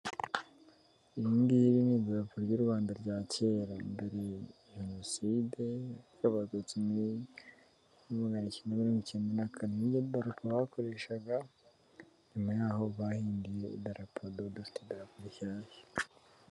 Iri ngiri ni idarapo ry'u Rwanda rya kera mbere ya jenoside y'abatutsi muri maganakenda mirongo ikenda nakane iri ni idarapo bakoreshaga nyuma yago bahinduye idarapo tukaba dufie idarapo rishyashya.